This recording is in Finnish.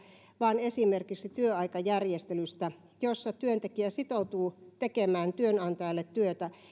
vaan esimerkiksi työaikajärjestelystä jossa työntekijä sitoutuu tekemään työnantajalle työtä